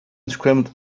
scrambled